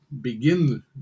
begin